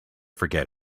forget